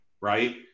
right